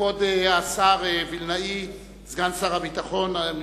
כבוד סגן שר הביטחון וילנאי,